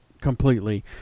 completely